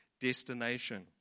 destination